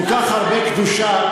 כל כך הרבה קדושה,